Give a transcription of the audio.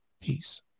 peace